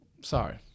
Sorry